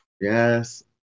yes